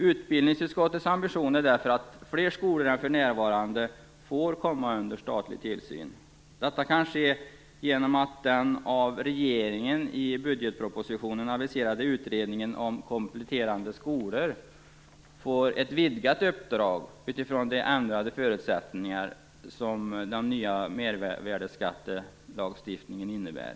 Utbildningsutskottets ambition är därför att fler skolor än för närvarande får komma under statlig tillsyn. Detta kan ske genom att den av regeringen i budgetpropositionen aviserade utredningen om kompletterande skolor får ett vidgat uppdrag utifrån de ändrade förutsättningar som den nya mervärdeskattelagstiftningen innebär.